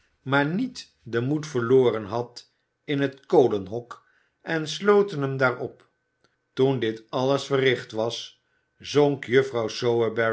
maar niet den moed verloren had in het kolenhok en sloten hem daar op toen dit alles verricht was zonk juffrouw